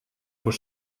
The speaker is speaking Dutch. voor